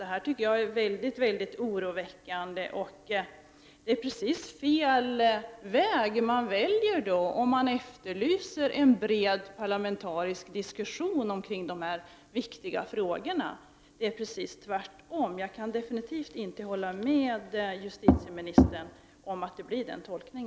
Detta är enligt min uppfattning väldigt oroväckande, och det är fel väg att välja när nu regeringen efterlyser en bred parlamentarisk diskussion omkring dessa viktiga frågor. Det förhåller sig egentligen precis tvärtom. Jag kan definitivt inte hålla med justitieministern om denna tolkning.